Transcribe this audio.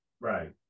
right